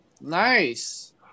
Nice